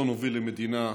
החזון הוביל למדינה,